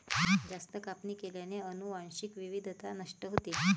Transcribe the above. जास्त कापणी केल्याने अनुवांशिक विविधता नष्ट होते